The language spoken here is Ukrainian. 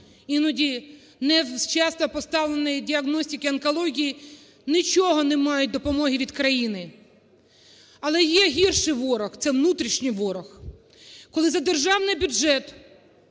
іноді невчасно поставленої діагностики онкології. Нічого не мають допомоги від країни. Але є гірший ворог, це внутрішній ворог. Коли за державний бюджет,